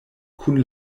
kun